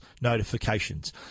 notifications